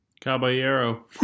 Caballero